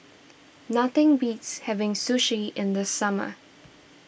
nothing beats having Sushi in the summer